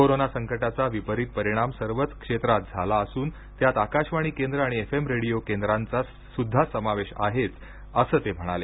corona संकटाचा विपरीत परिणाम सर्वच क्षेत्रात झाला असून त्यात आकाशवाणी केंद्र आणि एफ एम रेडियो केंद्रांचा ही समावेश आहेच असं ते म्हणाले